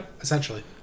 Essentially